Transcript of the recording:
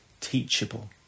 teachable